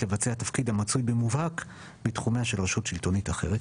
לבצע תפקיד המצוי במובהק בתחומיה של רשות שלטונית אחרת.